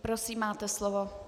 Prosím, máte slovo.